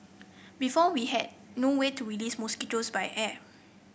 before we had no way to release mosquitoes by air